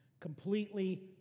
completely